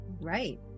Right